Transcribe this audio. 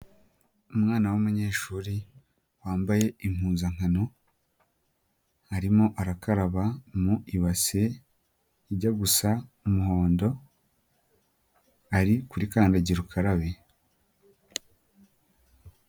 Umwana w'umunyeshuri wambaye impuzankano arimo arakaraba mu ibase ijya gusa umuhondo ari kuri kandagira ukarabe.